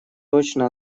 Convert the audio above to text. точно